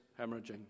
hemorrhaging